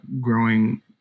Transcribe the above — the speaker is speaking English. growing